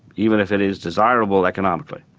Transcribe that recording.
even if it is desirable economically.